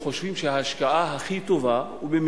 והם חושבים שההשקעה הכי טובה לטווח ארוך,